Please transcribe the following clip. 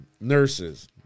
nurses